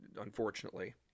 unfortunately